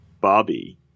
Bobby